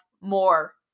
more